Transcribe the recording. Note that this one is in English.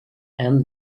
and